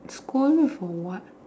scold you for what